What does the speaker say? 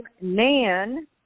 Nan